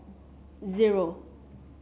zero